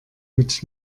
mit